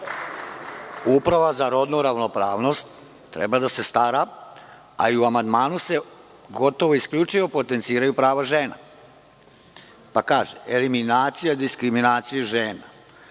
Uprava za rodnu ravnopravnost treba da se stara, a i u amandmanu se gotovo isključivo potenciraju prava žena. Kaže – eliminacija, diskriminacija žena,